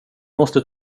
måste